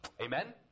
Amen